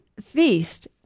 feast